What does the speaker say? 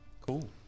cool